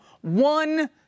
one